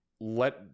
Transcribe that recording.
let